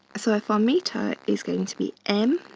so if our meter is going to be m,